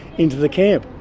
into the camp?